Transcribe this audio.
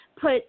put